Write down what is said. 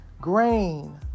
grain